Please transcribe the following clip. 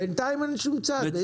בינתיים אין שום צעד.